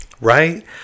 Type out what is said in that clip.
right